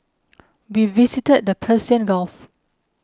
we visited the Persian Gulf